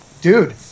dude